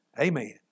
Amen